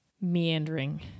meandering